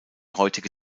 heutige